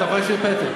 אתה יכול להשאיר פתק.